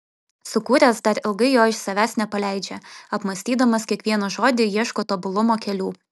sukūręs dar ilgai jo iš savęs nepaleidžia apmąstydamas kiekvieną žodį ieško tobulumo kelių